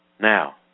Now